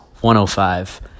105